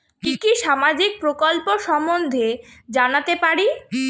কি কি সামাজিক প্রকল্প সম্বন্ধে জানাতে পারি?